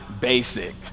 basic